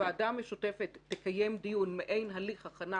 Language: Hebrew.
הוועדה המשותפת תקיים דיון מעין הליך הכנה